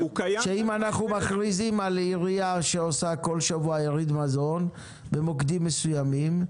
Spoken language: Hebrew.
שאם אנחנו מכריזים על עירייה שעושה בכל שבוע יריד מזון במוקדים מסוימים,